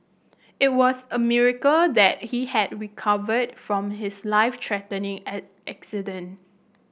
it was a miracle that he had recovered from his life threatening at accident